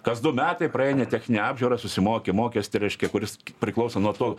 kas du metai praeini techninę apžiūrą susimoki mokestį reiškia kuris priklauso nuo to